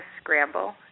scramble